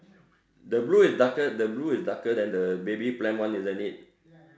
the blue is darker the blue is darker than the baby pram one isn't it